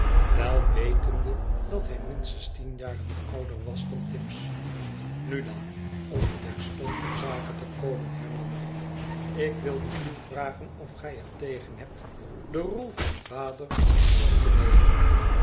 wel wetende clat hij minstens tien jaren ouder was dan tibbs nu dan om terstond ter zake te komen hernam hij ik wilde u vragen of gij er tegen hebt de rol van vader op u te nemen